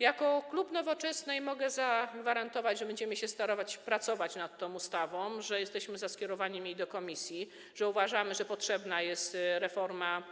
Jako klub Nowoczesna mogę zagwarantować, że będziemy się starać pracować nad tą ustawą, że jesteśmy za skierowaniem jej do komisji, że uważamy, że potrzebna jest reforma